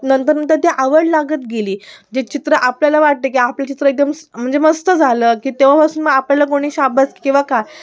नंतर नंतर ती आवड लागत गेली जे चित्र आपल्याला वाटतं की आपले चित्र एकदम म्हणजे मस्त झालं की तेव्हांपासून मग आपल्याला कोणी शाब्बास किंवा काय